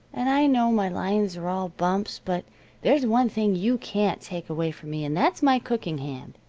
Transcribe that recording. and i know my lines are all bumps, but there's one thing you can't take away from me, and that's my cooking hand.